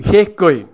বিশেষকৈ